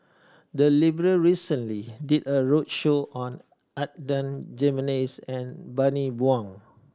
the library recently did a roadshow on Adan Jimenez and Bani Buang